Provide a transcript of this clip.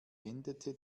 endete